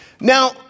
Now